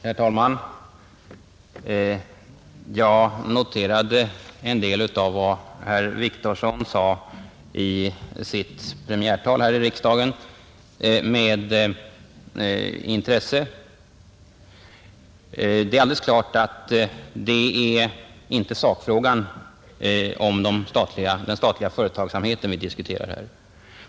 Herr talman! Jag noterade med intresse en del av vad herr Wictorsson sade i sitt premiärtal här i riksdagen. Det är alldeles klart att det inte är sakfrågan om den statliga företagsamheten vi diskuterar nu.